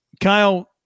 Kyle